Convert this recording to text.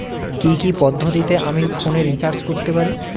কি কি পদ্ধতিতে আমি ফোনে রিচার্জ করতে পারি?